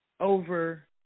over